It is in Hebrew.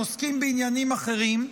עוסקים בעניינים אחרים.